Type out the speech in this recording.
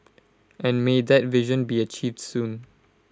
and may that vision be achieved soon